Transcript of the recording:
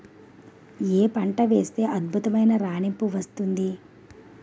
ఏ పంట వేస్తే అద్భుతమైన రాణింపు వస్తుంది?